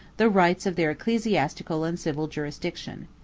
the rights of their ecclesiastical and civil jurisdiction.